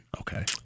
Okay